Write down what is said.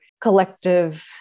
collective